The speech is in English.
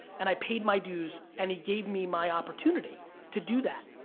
and i paid my dues. and he gave me my opportunity to do that.